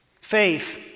Faith